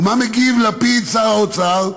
ומה מגיב לפיד, שר האוצר?